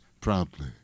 proudly